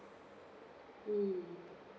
mm